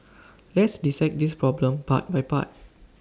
let's dissect this problem part by part